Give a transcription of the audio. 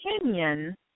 opinion